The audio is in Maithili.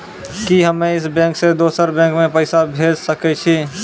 कि हम्मे इस बैंक सें दोसर बैंक मे पैसा भेज सकै छी?